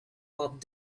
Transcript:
bob